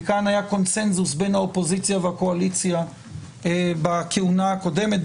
וכאן היה קונצנזוס בין האופוזיציה והקואליציה בכהונה הקודמת,